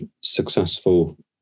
successful